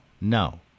No